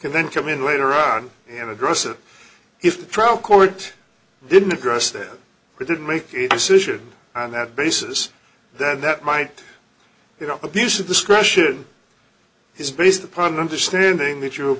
can then come in later on and address it if the trial court didn't address that we didn't make a decision on that basis then that might you know abuse of discretion is based upon the understanding that you